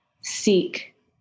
seek